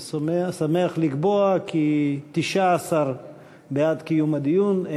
אני שמח לקבוע כי 19 בעד קיום הדיון,